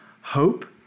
hope